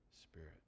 Spirit